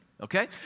Okay